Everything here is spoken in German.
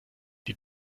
die